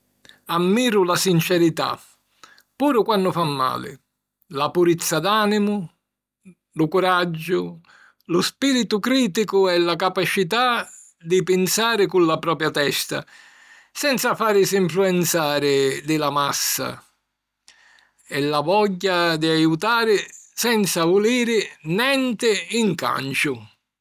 Ammiru la sincerità, puru quannu fa mali, la purizza d'ànimu, lu curaggiu, lu spìritu crìticu e la capacità di pinsari cu la propia testa, senza fàrisi nfluenzari di la massa. E la vogghia di aiutari senza vuliri nenti in canciu.